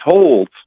told